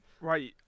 Right